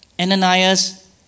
Ananias